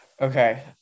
okay